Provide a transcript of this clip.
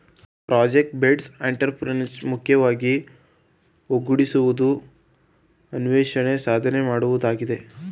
project based entrepreneurship ಮುಖ್ಯವಾಗಿ ಒಗ್ಗೂಡಿಸುವುದು, ಅನ್ವೇಷಣೆ, ಸಾಧನೆ ಮಾಡುವುದಾಗಿದೆ